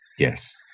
Yes